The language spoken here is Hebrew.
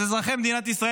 אז אזרחי מדינת ישראל,